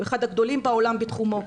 הוא אחד הגדולים בעולם בתחומו,